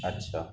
اچھا